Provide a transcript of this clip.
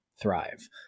thrive